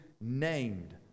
named